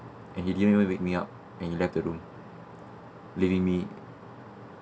and he didn't even wake me up and he left the room leaving me